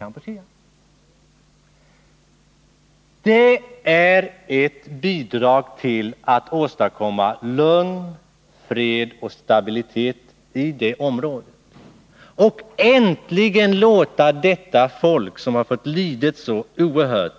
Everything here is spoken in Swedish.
Om de kraven uppfylls bidrar detta till att man kan åstadkomma lugn, fred och stabilitet i området och att äntligen dessa folk, som har fått lida så oerhört,